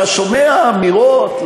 אתה שומע אמירות,